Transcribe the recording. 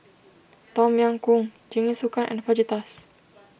Tom Yam Goong Jingisukan and Fajitas